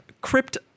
Crypt